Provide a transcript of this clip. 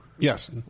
Yes